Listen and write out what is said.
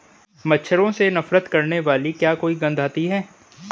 मच्छरों से नफरत करने वाली क्या कोई गंध आती है?